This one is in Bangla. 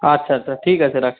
আচ্ছা আচ্ছা ঠিক আছে রাখছি